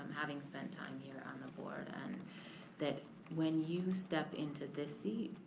having spent time here on the board. and that when you step into this seat,